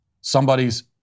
somebody's